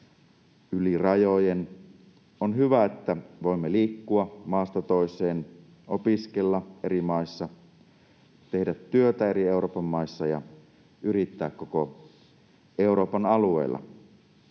yli rajojen. On hyvä, että voimme liikkua maasta toiseen, opiskella eri maissa, tehdä työtä Euroopan eri maissa ja yrittää koko Euroopan alueella.